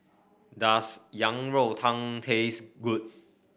does Yang Rou Tang taste good